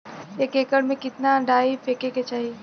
एक एकड़ में कितना डाई फेके के चाही?